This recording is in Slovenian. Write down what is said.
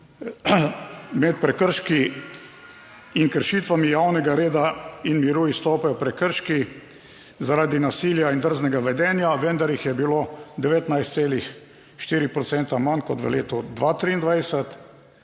med prekrški in kršitvami javnega reda in miru izstopajo prekrški zaradi nasilja in drznega vedenja, vendar jih je bilo 19,4 procenta manj kot v letu 2023,